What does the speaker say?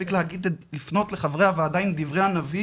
מספיק לפנות לחברי הועדה עם דברי הנביא